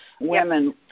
women